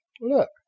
Look